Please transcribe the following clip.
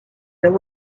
there